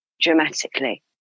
dramatically